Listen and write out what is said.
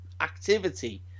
activity